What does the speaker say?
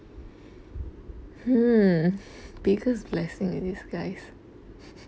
hmm biggest blessing in disguise